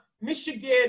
Michigan